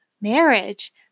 Marriage